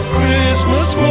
Christmas